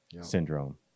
syndrome